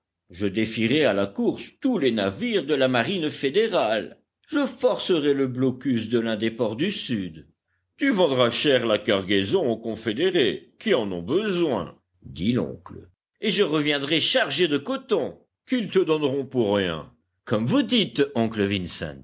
je défierai à la course tous les navires de la marine fédérale je forcerai le blocus de l'un des ports du sud tu vendras cher la cargaison aux confédérés qui en ont besoin dit l'oncle et je reviendrai chargé de coton qu'ils te donneront pour rien comme vous dites oncle vincent